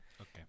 Okay